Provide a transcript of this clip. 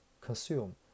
consume